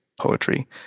poetry